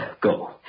go